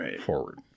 forward